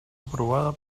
aprovada